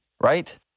Right